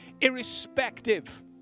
irrespective